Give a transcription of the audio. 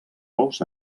ous